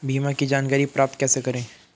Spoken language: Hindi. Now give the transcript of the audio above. बीमा की जानकारी प्राप्त कैसे करें?